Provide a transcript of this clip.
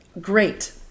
great